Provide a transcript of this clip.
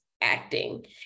acting